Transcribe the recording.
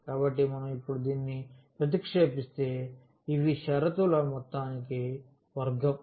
కాబట్టి మనం ఇప్పుడు దీనిని ప్రతిక్షేపిస్తే ఇవి ఈ షరతుల మొత్తానికి వర్గం